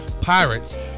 Pirates